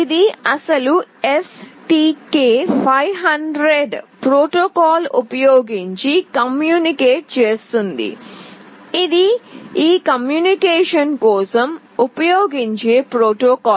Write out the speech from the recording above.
ఇది అసలు STK500 protocol ఉపయోగించి కమ్యూనికేట్ చేస్తుంది ఇది ఈ కమ్యూనికేషన్ కోసం ఉపయోగించే ప్రోటోకాల్